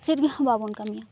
ᱪᱮᱫ ᱜᱮ ᱦᱟᱸᱜ ᱵᱟᱵᱚᱱ ᱠᱟᱹᱢᱤᱭᱟ